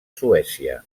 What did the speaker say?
suècia